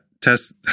test